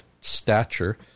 stature